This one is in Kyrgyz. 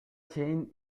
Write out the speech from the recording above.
чейин